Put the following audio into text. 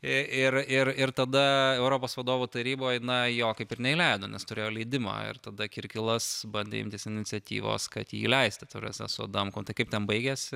ir ir ir tada europos vadovų taryboj na jo kaip ir neįleido nes turėjo leidimą ir tada kirkilas bandė imtis iniciatyvos kad jį įleistų ta prasme su adamkum tai kaip ten baigėsi